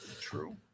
True